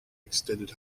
extended